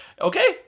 Okay